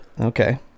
Okay